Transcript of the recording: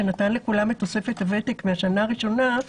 שנתן לכולם את תוספת הוותק מהשנה הראשונה,